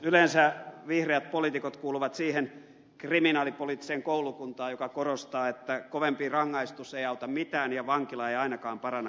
yleensä vihreät poliitikot kuuluvat siihen kriminaalipoliittiseen koulukuntaan joka korostaa että kovempi rangaistus ei auta mitään ja vankila ei ainakaan paranna ketään